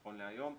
נכון להיום,